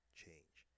change